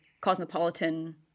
cosmopolitan